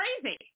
crazy